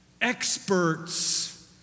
experts